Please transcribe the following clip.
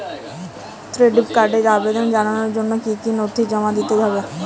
Credit কার্ডের আবেদন জানানোর জন্য কী কী নথি জমা দিতে হবে?